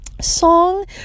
song